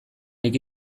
nik